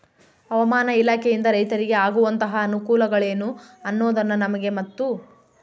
ಹವಾಮಾನ ಇಲಾಖೆಯಿಂದ ರೈತರಿಗೆ ಆಗುವಂತಹ ಅನುಕೂಲಗಳೇನು ಅನ್ನೋದನ್ನ ನಮಗೆ ಮತ್ತು?